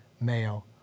Mayo